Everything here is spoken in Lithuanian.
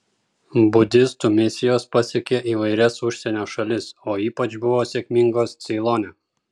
budistų misijos pasiekė įvairias užsienio šalis o ypač buvo sėkmingos ceilone